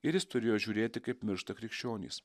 ir jis turėjo žiūrėti kaip miršta krikščionys